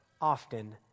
often